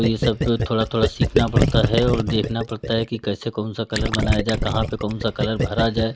ये सब थोड़ा थोड़ा सीखना पड़ता है और देखना पड़ता है कि कैसे कौन सा कलर बनाया जा कहाँ पे कौन सा कलर भरा जाए